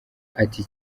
ati